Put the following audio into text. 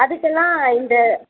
அதுக்கெல்லாம் இந்த